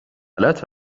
غلط